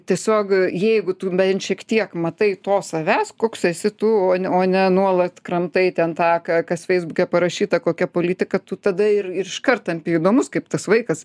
tiesiog jeigu tu bent šiek tiek matai to savęs koks esi tu o ne nuolat kramtai ten ta ką kas feisbuke parašyta kokia politika tu tada ir ir iškart tampi įdomus kaip tas vaikas